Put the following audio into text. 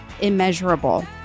immeasurable